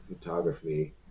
photography